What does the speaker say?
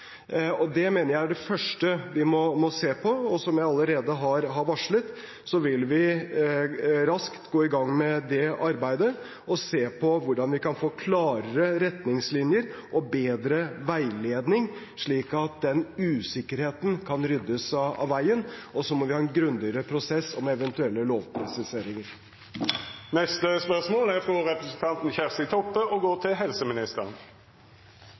Det mener jeg er det første vi må se på. Som jeg allerede har varslet, vil vi raskt gå i gang med det arbeidet og se på hvordan vi kan få klarere retningslinjer og bedre veiledning, slik at den usikkerheten kan ryddes av veien. Og så må vi ha en grundigere prosess om eventuelle lovpresiseringer. Spørsmål 4 vil verta svara på seinare. Me går til spørsmål 5. «Trønder-Avisa melder 27. september at regjeringen vurderer å endre responstidsmålene for ambulansetjenesten. Til